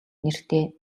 нэртэй